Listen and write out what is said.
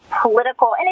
political